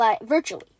virtually